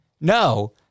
No